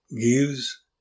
gives